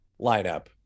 lineup